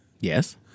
Yes